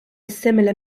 similar